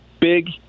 big